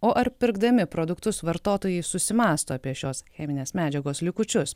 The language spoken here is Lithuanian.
o ar pirkdami produktus vartotojai susimąsto apie šios cheminės medžiagos likučius